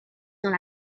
dans